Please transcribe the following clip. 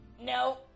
No